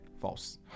False